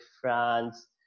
france